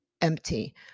empty